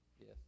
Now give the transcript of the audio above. yes